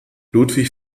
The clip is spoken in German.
ludwig